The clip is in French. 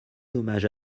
hommage